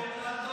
אתה לא,